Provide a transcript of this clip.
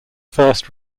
first